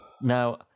now